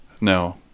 No